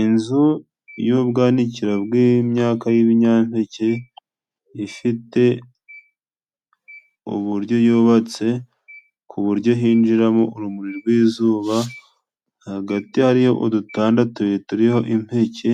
Inzu y'ubwanikiro bw'imyaka y'ibinyampeke, ifite uburyo yubatse ku buryo hinjiramo urumuri rw'izuba, hagati hariyo udutanda turiho impeke